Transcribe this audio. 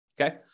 okay